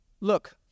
Look